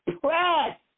press